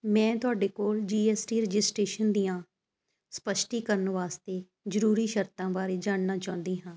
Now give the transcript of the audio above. ਮੈਂ ਤੁਹਾਡੇ ਕੋਲ ਜੀਐਸਟੀ ਰਜਿਸਟਰੇਸ਼ਨ ਦੀਆਂ ਸਪਸ਼ਟੀਕਰਨ ਵਾਸਤੇ ਜ਼ਰੂਰੀ ਸ਼ਰਤਾਂ ਬਾਰੇ ਜਾਣਨਾ ਚਾਹੁੰਦੀ ਹਾਂ